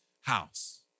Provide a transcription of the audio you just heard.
house